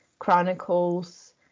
chronicles